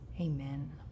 amen